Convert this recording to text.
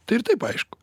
tai ir taip aišku